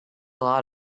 lot